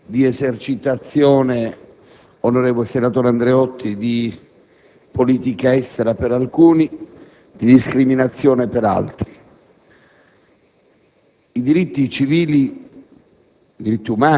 la stessa non diventi una palestra di esercitazione, onorevole senatore Andreotti, di politica estera per alcuni e di discriminazione per altri.